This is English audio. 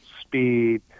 speed